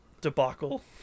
debacle